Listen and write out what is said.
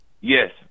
Yes